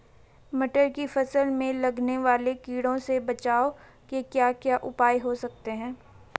मटर की फसल में लगने वाले कीड़ों से बचाव के क्या क्या उपाय हो सकते हैं?